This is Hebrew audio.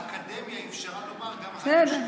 האקדמיה אפשרה לומר גם היושב-ראש.